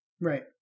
Right